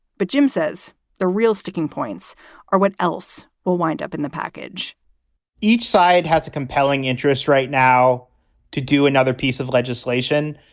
but jim says the real sticking points are what else will wind up in the package each side has a compelling interest right now to do another piece of legislation.